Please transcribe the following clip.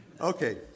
Okay